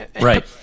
Right